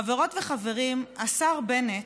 חברות וחברים, השר בנט,